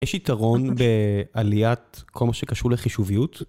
יש יתרון בעליית כל מה שקשור לחישוביות?